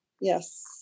Yes